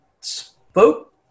spoke